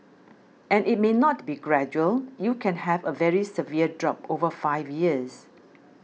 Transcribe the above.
and it may not be gradual you can have a very severe drop over five years